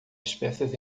espécies